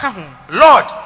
Lord